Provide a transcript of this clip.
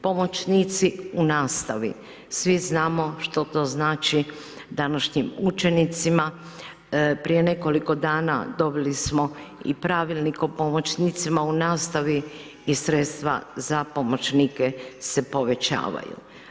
Pomoćnici u nastavi, svi znamo što to znači današnjim učenicima, prije nekoliko dana dobili smo i Pravilnik o pomoćnicima u nastavi i sredstva za pomoćnike se povećavaju.